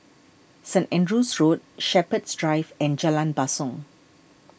St andrew's Road Shepherds Drive and Jalan Basong